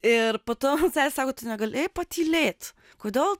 ir po to sako tu negalėjai patylėt kodėl